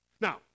Now